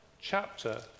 chapter